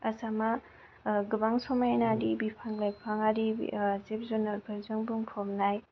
आसामआ गोबां समायना बिफां लाइफां आरि जिब जुनारफोरजों बुंफबनाय